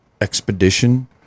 expedition